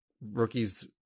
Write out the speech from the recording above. rookies